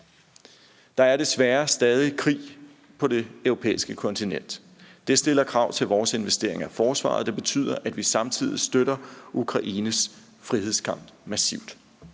Der er desværre stadig krig på det europæiske kontinent. Det stiller krav til vores investeringer i forsvaret, og det betyder, at vi samtidig støtter Ukraines frihedskamp massivt.